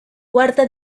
cuarta